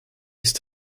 ist